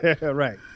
right